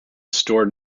store